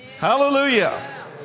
hallelujah